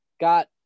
got